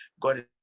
God